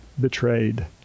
betrayed